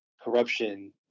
Corruption